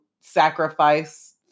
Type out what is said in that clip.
sacrifice